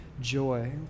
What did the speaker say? joy